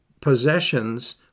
possessions